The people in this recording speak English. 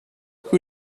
who